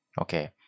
Okay